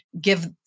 give